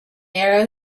narrow